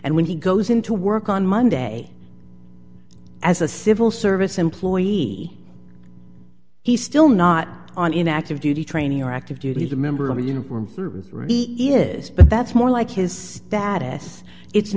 and when he goes into work on monday as a civil service employee he's still not on in active duty training or active duty as a member of the uniform for it is but that's more like his status it's